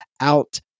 out